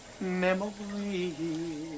memories